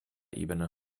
ebene